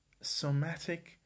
Somatic